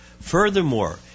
Furthermore